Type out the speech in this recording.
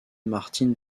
martín